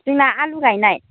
जोंना आलु गायनाय